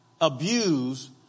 abuse